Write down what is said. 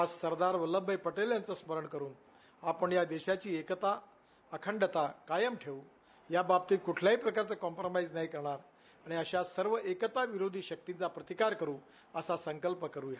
आज सरदार वल्लभभाई पटेल यांचं स्मरण करून आपल्या देशाची एकता अखंडता कायम ठेवून याबाबतीत कुठल्याही प्रकारचे कॉम्प्रोमाईज नाही करणार आणि सगळ्या एकताविरोधी शक्तींचा विरोध करू असा संकल्प करूया